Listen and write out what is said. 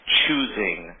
choosing